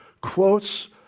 quotes